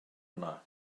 yna